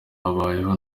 abayeho